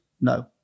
No